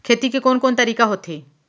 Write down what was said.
खेती के कोन कोन तरीका होथे?